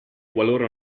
qualora